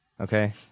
Okay